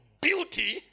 beauty